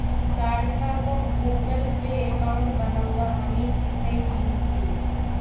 सार्थकक Google Pay account बनव्वा हामी सीखइ दीमकु